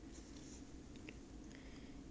are there other more permanent options